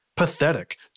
Pathetic